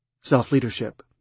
Self-Leadership